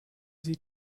sie